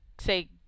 say